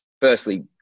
firstly